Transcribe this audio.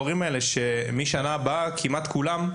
שמשנה הבאה כמעט כולם,